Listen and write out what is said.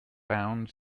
found